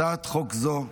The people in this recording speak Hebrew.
הצעת חוק זו,